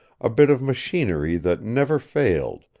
a bit of machinery that never failed,